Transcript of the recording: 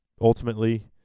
ultimately